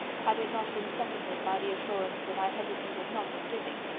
had it not been seconded by the assurance that i hesitated not in giving,